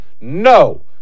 no